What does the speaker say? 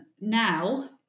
now